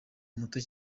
muto